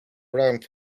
around